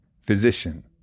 physician